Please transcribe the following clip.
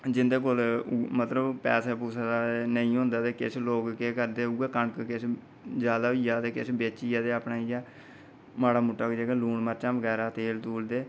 ते जिंदे कोल मतलव पैसे पूसे नेईं होंदै ओह् लोक केह् करदे अगर कनक ज्यादा होई जा ते किश बेचियै माढ़ा मुट्टा लून मर्चा बगैरा तेल तूल